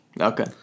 Okay